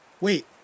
Wait